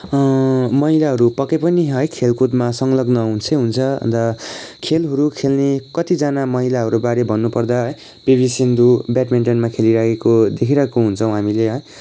महिलाहरू पक्कै पनि है खेलकुदमा संलग्न हुन्छै हुन्छ अन्त खेलहरू खेल्ने कतिजना महिलाहरूबारे भन्नुपर्दा है पिभी सिन्धु ब्याड्मिन्टनमा खेलिरहेको देखिरहेको हुन्छौँ हामीले है